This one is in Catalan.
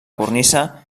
cornisa